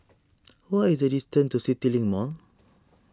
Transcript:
what is the distance to CityLink Mall